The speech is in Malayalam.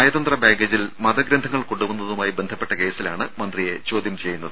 നയതന്ത്ര ബാഗേജിൽ മതഗ്രന്ഥങ്ങൾ കൊണ്ടുവന്നതുമായി ബന്ധപ്പെട്ട കേസിലാണ് മന്ത്രിയെ ചോദ്യം ചെയ്യുന്നത്